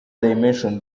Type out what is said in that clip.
dimension